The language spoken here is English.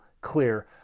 clear